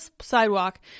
sidewalk